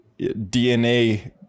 DNA